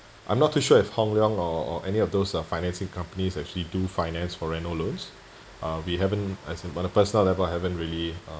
I'm not too sure if hong leong or any of those financing companies actually to finance for reno loans uh we haven't as in on a personal level I haven't really uh